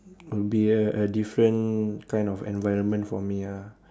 would be a a different kind of environment for me ah